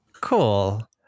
Cool